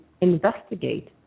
investigate